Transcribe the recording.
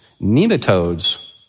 nematodes